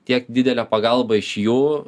tiek didelė pagalba iš jų